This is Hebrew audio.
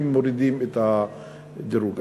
אם מורידים את דירוג האשראי.